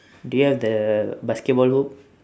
do you have the basketball hoop